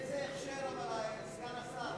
איזה הכשר יהיה, סגן השר?